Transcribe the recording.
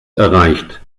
erreicht